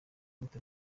gute